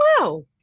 wow